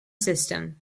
system